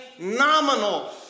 nominal